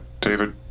David